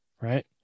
right